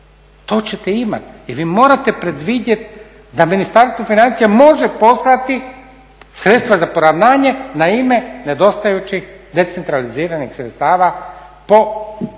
to ćete imati. I vi morate predvidjeti da Ministarstvo financija može poslati sredstva za poravnanje na ime nedostajućih decentraliziranih sredstava po zahtjevu